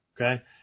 okay